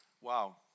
Wow